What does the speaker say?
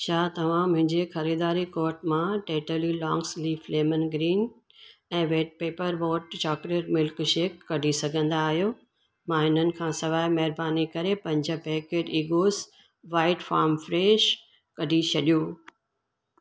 छा तव्हां मुंहिंजे खरीदारी कॉर्ट मां Tetley longs leaf lemon green ऐं wet paper boat chocolate milkshake कढी सघंदा आहियो मां इन्हनि खां सवाइ महिरबानी करे पंज packet Eggoz white farm fresh कढी छॾियो